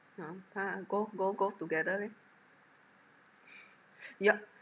!huh! go go go together leh your